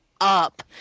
up